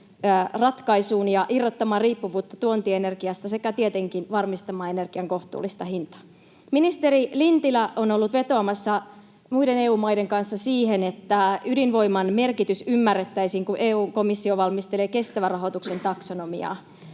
ratkaisuun ja irrottamaan riippuvuutta tuontienergiasta sekä tietenkin varmistamaan energian kohtuullista hintaa. Ministeri Lintilä on ollut vetoamassa muiden EU-maiden kanssa siihen, että ydinvoiman merkitys ymmärrettäisiin, kun EU-komissio valmistelee kestävän rahoituksen taksonomiaa.